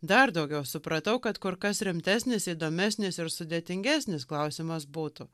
dar daugiau supratau kad kur kas rimtesnis įdomesnis ir sudėtingesnis klausimas būtų